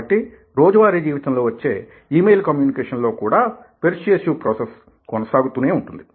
కాబట్టి రోజువారీ జీవితంలో వచ్చే ఇ మెయిల్ కమ్యూనికేషన్ లో కూడా పెర్స్యుయేసివ్ ప్రోసెస్ కొనసాగుతూనే వుంటుంది